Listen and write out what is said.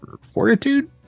fortitude